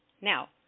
now